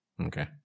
Okay